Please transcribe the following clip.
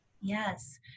Yes